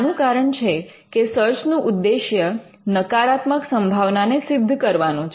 આનું કારણ છે કે સર્ચનું ઉદ્દેશ્ય નકારાત્મક સંભાવનાને સિદ્ધ કરવાનું છે